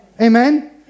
Amen